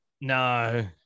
No